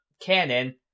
cannon